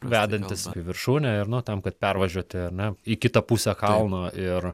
vedantis į viršūnę ir nu tam kad pervažiuoti ar ne į kitą pusę kalno ir